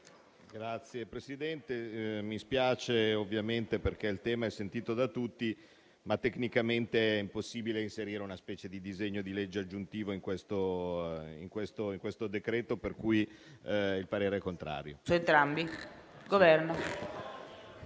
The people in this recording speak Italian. Signor Presidente, mi spiace ovviamente perché il tema è sentito da tutti, ma tecnicamente è impossibile inserire una specie di disegno di legge aggiuntivo in questo decreto. Esprimo quindi parere contrario